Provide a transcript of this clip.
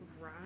right